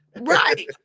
right